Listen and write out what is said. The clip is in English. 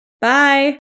Bye